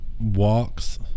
Walks